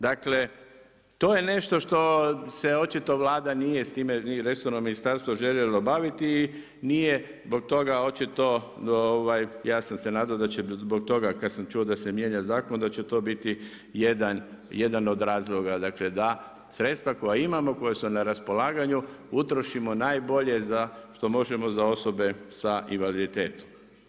Dakle, to je nešto što se očito Vlada nije s time ni resorno ministarstvo željelo baviti i nije zbog toga očito, ja sam se nadao, da će se zbog toga, kad sam čuo da se mijenja zakon, da će to biti jedan od razloga, da sredstva koja imamo, koja su na raspolaganju, utrošimo najbolje što možemo za osobe sa invaliditetom.